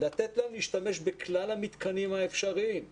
לתת להם להשתמש בכלל המתקנים שקיימים באזורים.